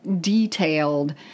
detailed